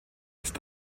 ist